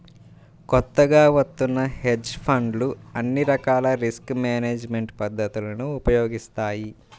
కొత్తగా వత్తున్న హెడ్జ్ ఫండ్లు అన్ని రకాల రిస్క్ మేనేజ్మెంట్ పద్ధతులను ఉపయోగిస్తాయి